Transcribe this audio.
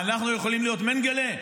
אנחנו יכולים להיות מנגלה?